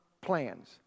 plans